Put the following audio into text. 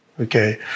Okay